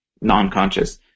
non-conscious